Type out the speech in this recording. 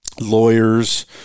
Lawyers